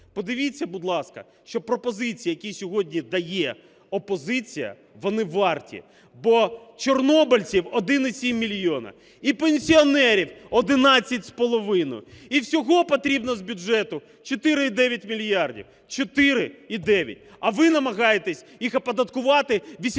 Подивіться, будь ласка, що пропозиції, які сьогодні дає опозиція, вони варті. Бо чорнобильців - 1,7 мільйона і пенсіонерів - 11,5 і всього потрібно з бюджету 4,9 мільярда, 4,9. А ви намагаєтесь їх оподаткувати, 18 мільярдів,